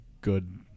good